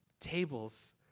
tables